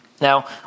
Now